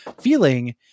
feeling